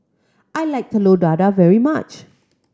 I like Telur Dadah very much